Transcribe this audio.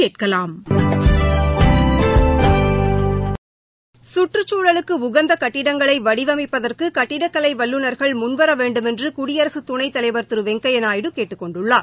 கற்றச்சூழலுக்கு உகந்த கட்டிடங்களை வடிவமைப்பதற்கு கட்டிடக் கலை வல்லுநர்கள் முன்வர வேண்டுமென்று குடியரசுத் துணைத்தலைவா் திரு வெங்கையா நாயுடு கேட்டுக் கொண்டுள்ளார்